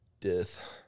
Death